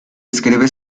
escribe